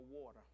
water